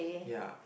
ya